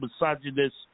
misogynist